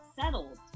settled